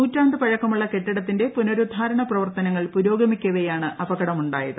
നൂറ്റാണ്ട് പഴക്കമുള്ള കെട്ടിടത്തീന്റെ പുനരുദ്ധാരണ പ്രവർത്തനങ്ങൾ പുരോഗമിക്കവേയാണ് അപകടമുണ്ടായത്